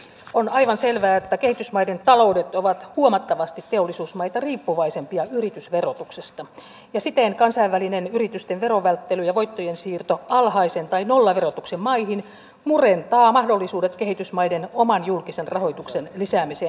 on aivan selvää että kehitysmaiden taloudet ovat huomattavasti teollisuusmaita riippuvaisempia yritysverotuksesta ja siten kansainvälinen yritysten verovälttely ja voittojen siirto alhaisen tai nollaverotuksen maihin murentavat mahdollisuudet kehitysmaiden oman julkisen rahoituksen lisäämiseen